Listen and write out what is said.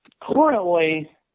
Currently